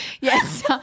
yes